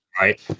right